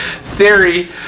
Siri